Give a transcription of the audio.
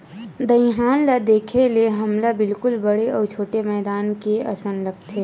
दईहान ल देखे ले हमला बिल्कुल बड़े अउ छोटे मैदान के असन लगथे